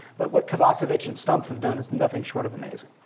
but what kovacevich and stomphe have done is nothing short of amazing.